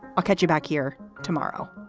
i'll catch you back here tomorrow